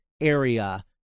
area